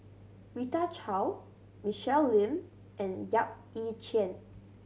Rita Chao Michelle Lim and Yap Ee Chian